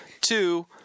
Two